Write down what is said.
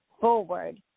forward